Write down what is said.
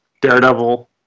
Daredevil